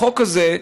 החוק הזה,